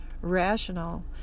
rational